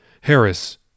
Harris